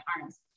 arms